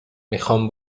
میخام